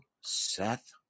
Seth